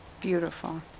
Beautiful